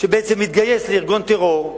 שבעצם התגייס לארגון טרור,